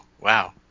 wow